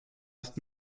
ist